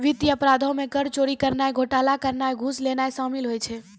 वित्तीय अपराधो मे कर चोरी करनाय, घोटाला करनाय या घूस लेनाय शामिल होय छै